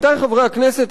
עמיתי חברי הכנסת,